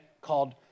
called